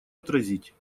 отразить